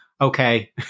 okay